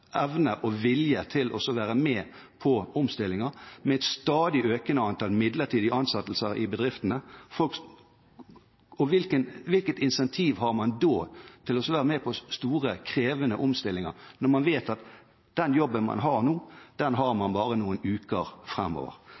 evne og vilje til å være med på omstillinger. Med et stadig økende antall midlertidige ansettelser i bedriftene, hvilket incentiv har man da for å være med på krevende omstillinger når man vet at den jobben man har nå, har man bare noen uker